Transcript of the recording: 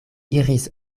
iris